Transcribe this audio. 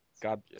God